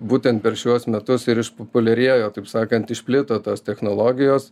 būtent per šiuos metus ir išpopuliarėjo taip sakant išplito tos technologijos